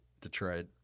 Detroit